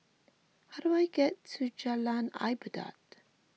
how do I get to Jalan Ibadat